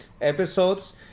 episodes